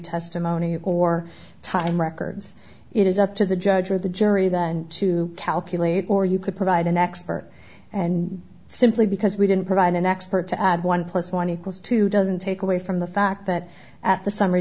testimony or time records it is up to the judge or the jury then to calculate or you could provide an expert and simply because we didn't provide an expert to add one plus one equals two doesn't take away from the fact that at the summ